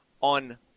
on